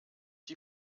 die